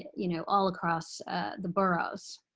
you know all across the boroughs.